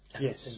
Yes